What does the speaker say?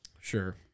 Sure